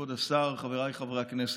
כבוד השר, חבריי חברי הכנסת.